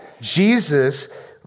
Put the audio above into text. Jesus